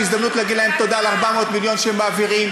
שזאת הזדמנות להגיד להם תודה על 400 מיליון שהם מעבירים,